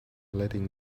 letting